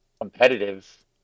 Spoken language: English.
competitive